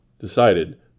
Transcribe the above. Decided